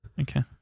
Okay